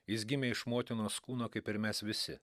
jis gimė iš motinos kūno kaip ir mes visi